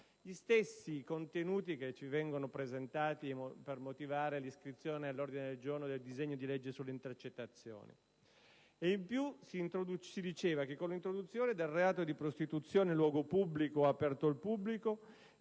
gli stessi contenuti che ci vengono presentati per motivare l'iscrizione all'ordine del giorno del disegno di legge sulle intercettazioni. In più, si diceva che con l'introduzione del reato di prostituzione in luogo pubblico o aperto al pubblico